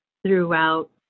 throughout